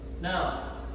Now